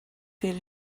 feel